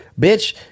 bitch